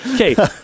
Okay